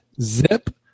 Zip